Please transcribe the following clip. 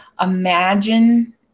imagine